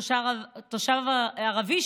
תושב ערבי,